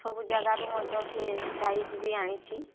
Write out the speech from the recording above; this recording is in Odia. ସବୁଜାଗାରୁ ମଧ୍ୟ ସିଏ ପ୍ରାଇଜ୍ ବି ଆଣିଛି